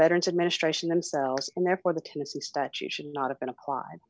veterans administration themselves and therefore the to the statute should not have been applied